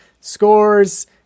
scores